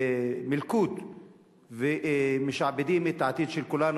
מלכוד ומשעבדים את העתיד של כולנו,